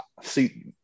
See